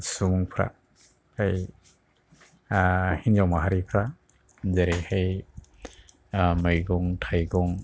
सुबुंफ्रा जाय हिन्जाव माहारिफ्रा जेरैहाय मैगं थाइगं